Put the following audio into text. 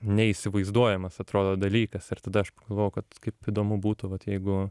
neįsivaizduojamas atrodo dalykas ir tada aš pagalvojau kad kaip įdomu būtų vat jeigu